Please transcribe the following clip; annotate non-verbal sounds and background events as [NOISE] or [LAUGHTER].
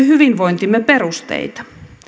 [UNINTELLIGIBLE] hyvinvointimme perusteita